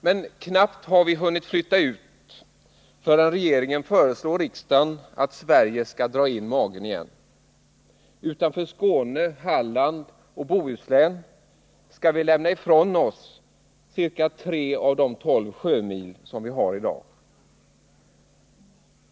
Men knappt har vi hunnit flytta ut, förrän regeringen föreslår riksdagen att Sverige skall dra in magen igen. Utanför Skåne, Halland och Bohuslän skall vi lämna ifrån oss ca 3 av de 12 sjömil som vi har i dag.